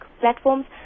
platforms